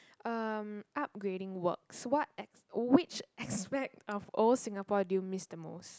um upgrading works what as~ which aspect of old Singapore do you miss the most